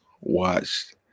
watched